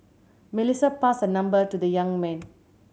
Melissa passed her number to the young man